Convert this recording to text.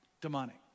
Demonic